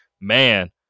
man